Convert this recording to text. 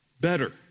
better